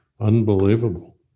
Unbelievable